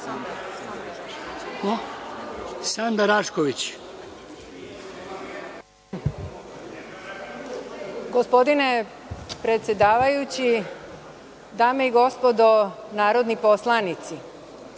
**Sanda Rašković Ivić** Gospodine predsedavajući, dame i gospodo narodni poslanici,